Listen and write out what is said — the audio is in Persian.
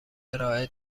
ارائه